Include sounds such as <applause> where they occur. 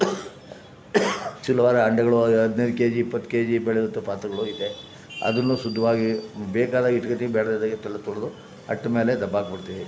ಚಿಲ್ವಾರ ಹಂಡೆಗಳು ಹದಿನೈದು ಕೆಜಿ ಇಪ್ಪತ್ತು ಕೆಜಿ ಬೆಳೆವಂಥ ಪಾತ್ರೆಗಳೂ ಇದೆ ಅದನ್ನೂ ಶುದ್ವಾಗಿ ಬೇಕಾದಾಗ ಇಟ್ಕೋತಿವಿ ಬೇಡ್ದೇ ಇದ್ದಾಗ <unintelligible> ತೊಳೆದು ಅಟ್ಟದ ಮೇಲೆ ದಬಾಕ್ಬಿಡ್ತೀವಿ